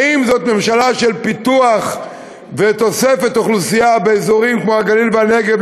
האם זאת ממשלה של פיתוח ותוספת אוכלוסייה באזורים כמו הגליל והנגב,